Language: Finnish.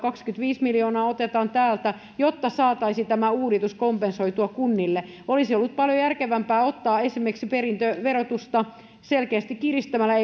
kaksikymmentäviisi miljoonaa otetaan täältä jotta saataisiin uudistus kompensoitua kunnille olisi ollut paljon järkevämpää ottaa tämä raha sisään esimerkiksi perintöverotusta selkeästi kiristämällä